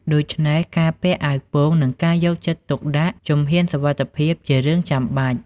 ដូច្នេះការពាក់អាវពោង និងការយកចិត្តទុកដាក់ជំហានសុវត្ថិភាពជារឿងចាំបាច់។